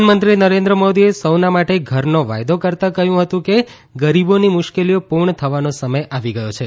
પ્રધાનમંત્રી નરેન્દ્ર મોદીએ સૌના માટે ઘરનો વાયદો કરતાં કહ્યું હતું કે ગરીબોની મુશ્કેલીઓ પૂર્ણ થવાનો સમય આવી ગયો છે